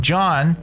John